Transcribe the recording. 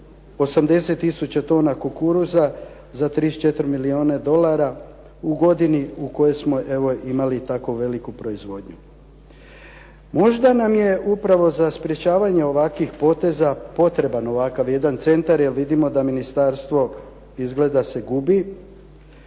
80000 tona kukuruza za 34 milijuna dolara u godini u kojoj smo evo imali tako veliku proizvodnju. Možda nam je upravo za sprječavanje ovakvih poteza potreban ovakav jedan centar, jer vidimo da ministarstvo izgleda se gubi,